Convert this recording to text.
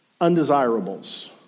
undesirables